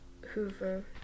Hoover